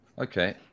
Okay